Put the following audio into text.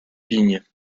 vignes